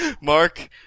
Mark